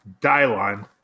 Dylon